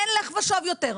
אין לך ושוב יותר,